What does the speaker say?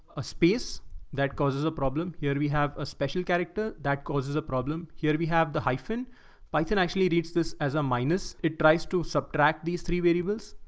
a space that causes a problem here. we have a special character that causes a problem here. we have the hyphen bite and actually leads this as a minus. it tries to subtract these three variables.